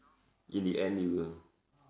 in the end it will